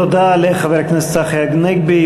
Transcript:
תודה לחבר הכנסת צחי הנגבי,